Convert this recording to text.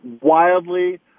wildly